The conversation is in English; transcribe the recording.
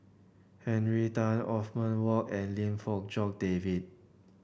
Henry Tan Othman Wok and Lim Fong Jock David